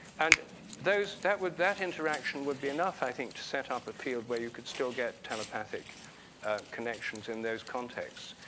and those that would that interaction would be enough, i think, to set up a field where you could still get telepathic connections in those context.